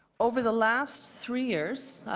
over the last three years,